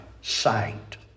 sight